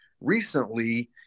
Recently